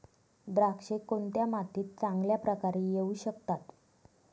द्राक्षे कोणत्या मातीत चांगल्या प्रकारे येऊ शकतात?